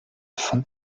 von